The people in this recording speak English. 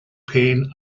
pain